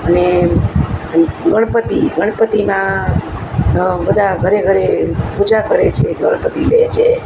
અને ગણપતિ ગણપતિમાં બધા ઘરે ઘરે પૂજા કરે છે ગણપતિ લે છે